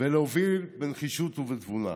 ולהוביל בנחישות ובתבונה.